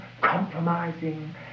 compromising